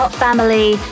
Family